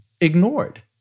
ignored